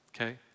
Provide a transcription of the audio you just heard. Okay